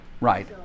Right